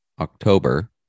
october